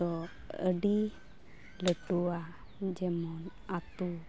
ᱫᱚ ᱟᱹᱰᱤ ᱞᱟᱹᱴᱩᱣᱟ ᱡᱮᱢᱚᱱ ᱟᱛᱩ